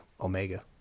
omega